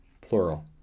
plural